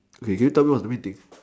okay can you tell me what is the main thing